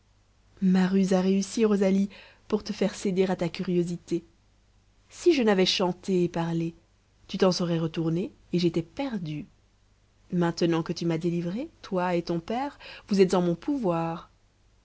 ma ruse a réussi rosalie pour te faire céder à ta curiosité si je n'avais chanté et parlé tu t'en serais retournée et j'étais perdue maintenant que tu m'as délivrée toi et ton père vous êtes en mon pouvoir